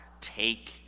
take